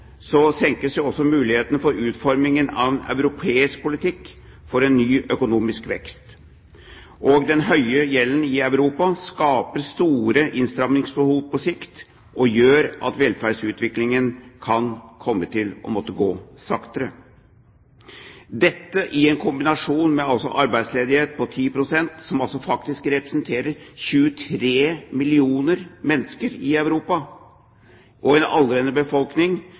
også muligheten for utformingen av en europeisk politikk for en ny økonomisk vekst. Den høye gjelden i Europa skaper store innstrammingsbehov på sikt og gjør at velferdsutviklingen kan komme til å måtte gå saktere. Dette i en kombinasjon med arbeidsledighet på 10 pst., som faktisk representerer 23 millioner mennesker i Europa, og en aldrende befolkning,